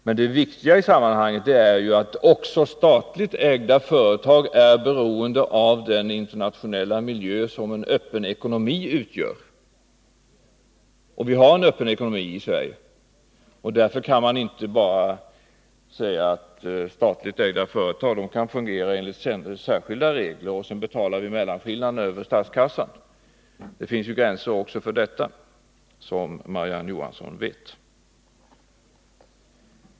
Men det viktiga i sammanhanget är att också statsägda företag är beroende av den internationella miljö som en öppen ekonomi utgör, och vi har en öppen ekonomii Sverige. Därför kan man inte bara säga att statligt ägda företag kan fungera enligt särskilda regler och sedan betala in mellanskillnaden över statskassan. Det finns gränser också för detta, som Marie-Ann Johansson vet.